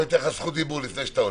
ניתן לך זכות דיבור לפני שאתה הולך.